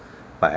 but